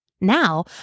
Now